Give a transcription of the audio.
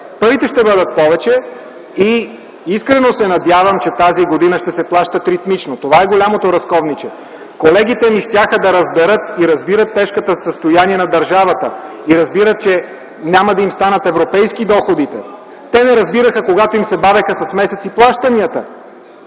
парите ще бъдат повече и искрено се надявам, че тази година ще се плащат ритмично. Това е голямото разковниче. Колегите ми щяха да разберат и разбират тежкото състояние на държавата, разбират, че няма да им станат европейски доходите. Те не разбираха, когато им се бавеха плащанията